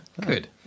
Good